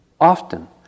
often